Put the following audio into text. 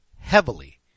heavily